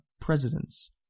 presidents